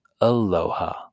aloha